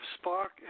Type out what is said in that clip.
spark